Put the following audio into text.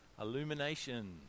Illumination